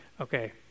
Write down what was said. okay